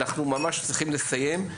אנחנו ממש צריכים לסיים,